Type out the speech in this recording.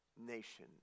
nation